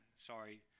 Sorry